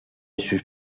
sus